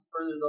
further